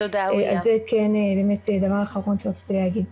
זה כן דבר אחרון שרציתי להגיד.